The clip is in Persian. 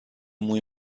موی